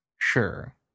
sure